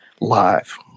live